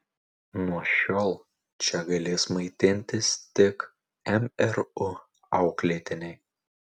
nuo šiol čia galės maitintis tik mru auklėtiniai